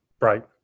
right